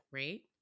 right